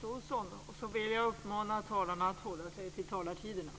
Jag vill uppmana talarna att hålla sig till talartiderna.